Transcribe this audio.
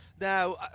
now